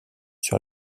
sur